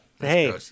Hey